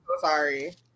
sorry